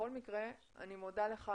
בכל מקרה אני מודה לך,